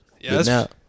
Yes